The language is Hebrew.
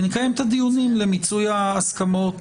ונקיים את הדיונים למיצוי ההסכמות,